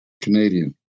Canadian